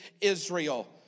Israel